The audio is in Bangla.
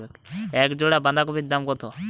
এক জোড়া বাঁধাকপির দাম কত?